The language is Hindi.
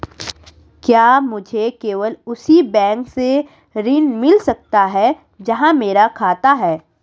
क्या मुझे केवल उसी बैंक से ऋण मिल सकता है जहां मेरा खाता है?